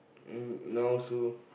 and now also